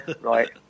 right